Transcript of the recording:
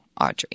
Audrey